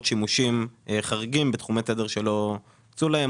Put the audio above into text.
שימושים חריגים בתחומי התדר שלא הוקצו להם.